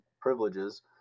privileges